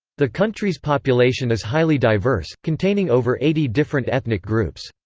the country's population is highly diverse, containing over eighty different ethnic groups.